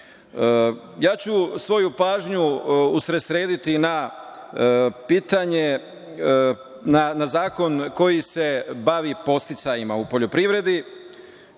izglasali. Svoju pažnju ću usredsrediti na pitanje, na zakon koji se bavi podsticajima u poljoprivredi.